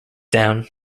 down